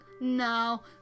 no